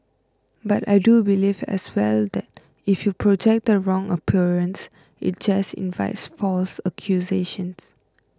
but I do believe as well that if you project the wrong appearance it just invites false accusations